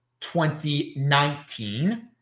2019